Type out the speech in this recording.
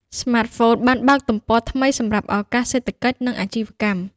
ស្មាតហ្វូនបានបើកទំព័រថ្មីសម្រាប់ ឱកាសសេដ្ឋកិច្ច និងអាជីវកម្ម។